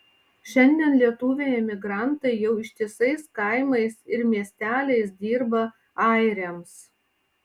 šiandien lietuviai emigrantai jau ištisais kaimais ir miesteliais dirba airiams